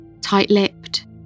tight-lipped